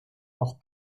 noch